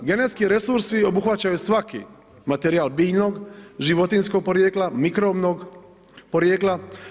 Genetski resursi, obuhvaćaju svaki materijal biljnog, životinjskog porijekla, mikrovnog porijekla.